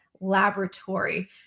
laboratory